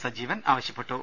സജീവൻ ആവശ്യപ്പെട്ടു